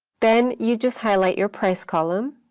then you just highlight your price column,